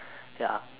ya